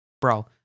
bro